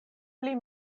pli